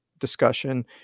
Discussion